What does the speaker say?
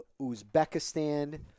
Uzbekistan